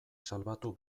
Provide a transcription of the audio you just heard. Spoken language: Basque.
salbatu